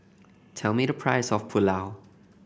tell me the price of Pulao